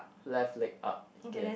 left leg up yes